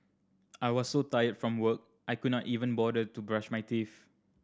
I was so tired from work I could not even bother to brush my teeth